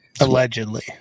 Allegedly